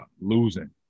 losing